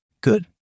Good